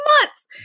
months